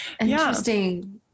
Interesting